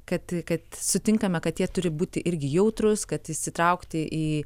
kad kad sutinkame kad jie turi būti irgi jautrūs kad įsitraukti į